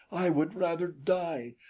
i would rather die.